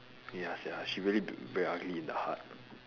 ya sia she really b~ very ugly in the heart